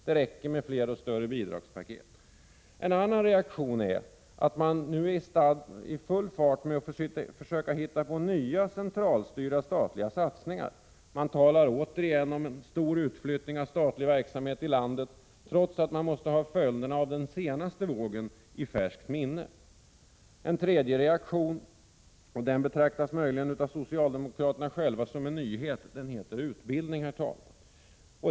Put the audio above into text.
Det räcker med fler En annan reaktion är att man nu är i full fart med att försöka hitta på nya centralstyrda statliga satsningar. Man talar återigen om en stor utflyttning av statlig verksamhet i landet trots att man måste ha följderna av den senaste vågen i färskt minne. En tredje reaktion — och den betraktas möjligen av socialdemokraterna själva som en nyhet — mynnar ut i att man vill ha mer utbildning, herr talman!